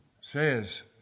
says